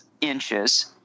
inches